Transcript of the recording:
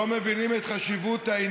עם חברים שלא מבינים את חשיבות העניין,